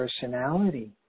personality